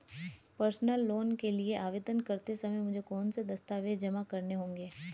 Personal loan के लिए आवेदन करते समय मुझे कौन से दस्तावेज़ जमा करने होंगे?